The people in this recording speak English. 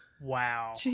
Wow